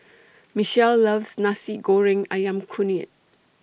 Michele loves Nasi Goreng Ayam Kunyit